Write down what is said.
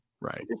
Right